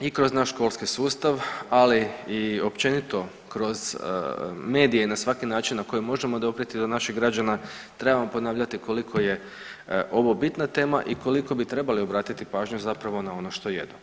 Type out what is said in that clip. i kroz naš školski sustav, ali i općenito kroz medije i na svaki način na koji možemo doprijeti do naših građana, trebamo ponavljati koliko je ovo bitna tema i koliko bi trebali obratiti pažnju zapravo na ono što jedu.